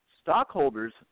stockholders